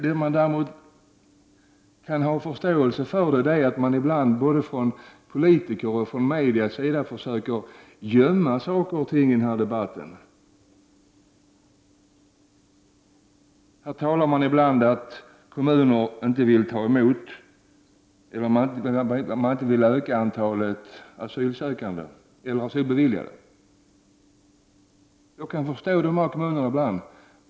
Däremot är det så att både politiker och media ibland försöker dölja saker och ting. Det sägs ibland att kommuner inte vill ta emot fler asylsökande. Jag kan ibland förstå dessa kommuner.